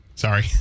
Sorry